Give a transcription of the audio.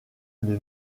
une